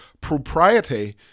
propriety